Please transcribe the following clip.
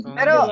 Pero